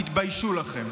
תתביישו לכם.